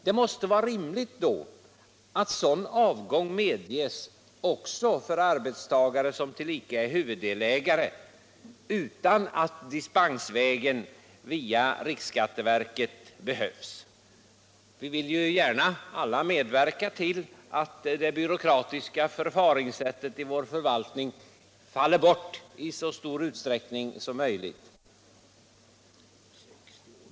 Det måste därför vara rimligt att sådan avgång medges också för arbetstagare som tillika är huvuddelägare, utan att dispensvägen över riksskatteverket behövs. Vi vill ju alla gärna medverka till att det byråkratiska förfaringssättet i vår förvaltning faller bort i så stor utsträckning som möjligt.